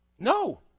No